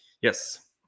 yes